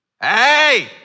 Hey